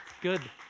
Good